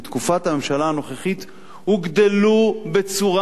בתקופת הממשלה הנוכחית הוגדלו בצורה